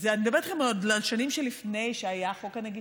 אני מדברת איתכם על שנים שלפני שהיה חוק הנגישות,